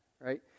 right